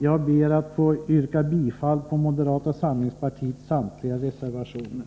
Jag ber att få yrka bifall till moderata samlingspartiets samtliga reservationer.